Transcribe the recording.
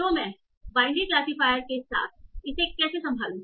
तो मैं binary classifier के साथ इसे कैसे संभालूं